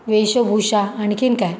वेशभूषा आणखी काय